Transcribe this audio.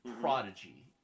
prodigy